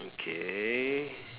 okay